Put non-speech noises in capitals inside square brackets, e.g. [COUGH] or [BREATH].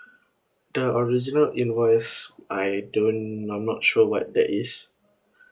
[BREATH] the original invoice I don't I'm not sure what that is [BREATH]